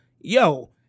yo